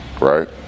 Right